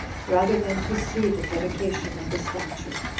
rather than to see the dedication of the statue.